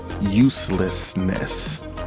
uselessness